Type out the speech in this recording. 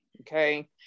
Okay